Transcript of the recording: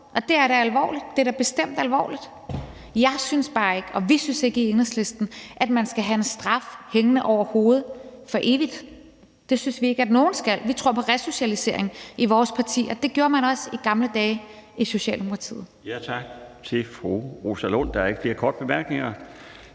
og det er da alvorligt. Det er da bestemt alvorligt. Jeg synes bare ikke og vi synes ikke i Enhedslisten, at man skal have en straf hængende over hovedet for evigt. Det synes vi ikke at nogen skal. Vi tror på resocialisering i vores parti, og det gjorde man også i gamle dage i Socialdemokratiet. Kl. 17:17 Den fg. formand (Bjarne Laustsen): Tak til fru Rosa Lund. Der er ikke flere korte bemærkninger